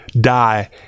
die